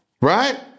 Right